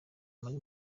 muri